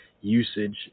usage